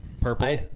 purple